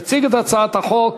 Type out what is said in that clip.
יציג את הצעת החוק